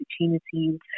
opportunities